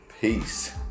Peace